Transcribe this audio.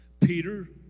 Peter